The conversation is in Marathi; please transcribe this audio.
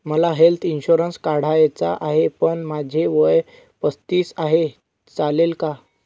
मला हेल्थ इन्शुरन्स काढायचा आहे पण माझे वय पस्तीस आहे, चालेल का?